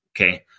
Okay